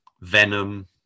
Venom